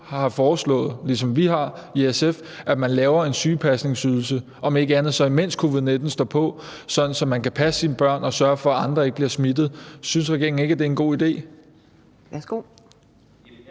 har foreslået, ligesom vi har i SF, at man laver en sygepasningsydelse, om ikke andet, så imens covid-19 står på, sådan at forældrene kan passe deres børn og sørge for, at andre ikke bliver smittet. Synes regeringen ikke, at det er en god idé?